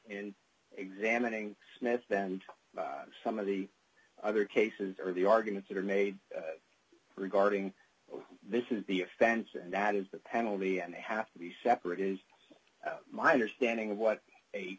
in examining smith and some of the other cases or the arguments that are made regarding this is the offense and that is the penalty and they have to be separate is my understanding of what a